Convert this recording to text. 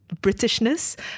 Britishness